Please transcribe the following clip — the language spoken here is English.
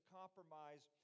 compromise